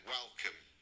Welcome